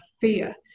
fear